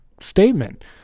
Statement